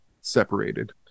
separated